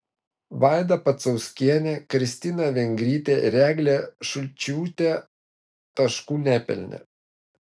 vaida pacauskienė kristina vengrytė ir eglė šulčiūtė taškų nepelnė